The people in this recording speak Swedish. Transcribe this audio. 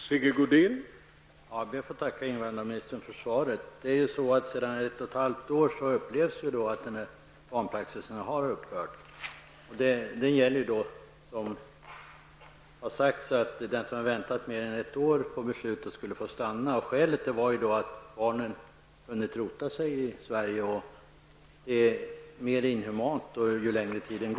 Herr talman! Jag ber att få tacka invandrarministern för svaret. Sedan ett och halvt år upplevs att ''barnpraxisen'' upphört att gälla. Som det har sagts får den som har väntat mer än ett år på beslut stanna i Sverige. Skälet är att barnen hunnit rota sig i Sverige och att ju längre tiden går, desto inhumanare är det att utvisa.